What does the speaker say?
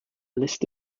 list